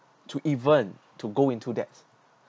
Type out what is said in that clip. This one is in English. to even to go into that